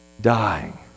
Dying